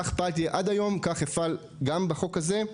כך באתי עד היום, כך אפעל גם בחוק הזה,